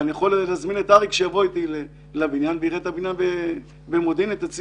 ואני יכול להזמין את אריק שמילביץ שיראה את הציוד באתר הנזכר במודיעין.